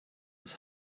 his